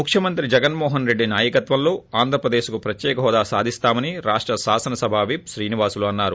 ముఖ్వమంత్రి జగన్మోహన్ రెడ్డి నాయకత్వంలో ఆంధ్రప్రదేశ్కు ప్రత్యేక హోదా సాధిస్తామని రాష్ట రాష్ట్ర శాసనసభా విప్ శ్రీనివాసులు అన్నారు